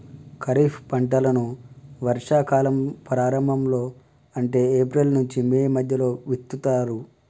ఖరీఫ్ పంటలను వర్షా కాలం ప్రారంభం లో అంటే ఏప్రిల్ నుంచి మే మధ్యలో విత్తుతరు